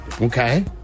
Okay